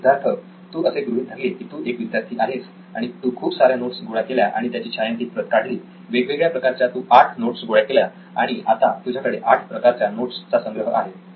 तर सिद्धार्थ तू असे गृहीत धरले की तू एक विद्यार्थी आहेस आणि तू खूप साऱ्या नोट्स गोळा केल्या आणि त्याची छायांकित प्रत काढली वेगवेगळ्या प्रकारच्या तु आठ नोट्स गोळा केल्या आणि आता तुझ्याकडे आठ प्रकारच्या नोट्स चा संग्रह आहे